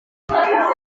dyweda